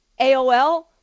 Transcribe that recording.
AOL